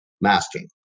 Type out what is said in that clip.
masking